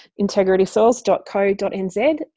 integritysoils.co.nz